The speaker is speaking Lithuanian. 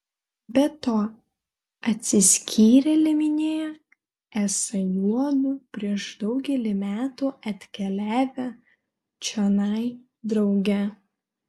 be to atsiskyrėlė minėjo esą juodu prieš daugelį metų atkeliavę čionai drauge